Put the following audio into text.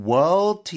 World